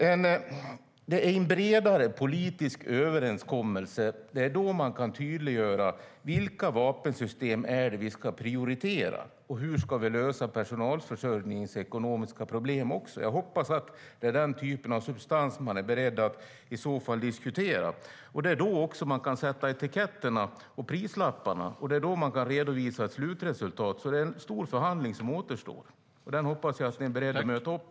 Det är genom en bredare politisk överenskommelse som vi kan tydliggöra vilka vapensystem som ska prioriteras och hur personalförsörjningens ekonomiska problem ska lösas. Jag hoppas att det är den typen av substans som man i så fall är beredd att diskutera. Det är också då vi kan sätta etiketterna och prislapparna och kan redovisa ett slutresultat. Det är alltså en stor förhandling som återstår, och där hoppas jag att ni är beredda att möta upp.